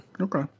Okay